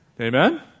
Amen